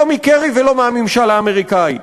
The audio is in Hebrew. לא מקרי ולא מהממשל האמריקני.